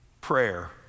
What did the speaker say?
prayer